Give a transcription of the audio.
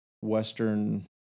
Western